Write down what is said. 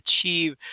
achieve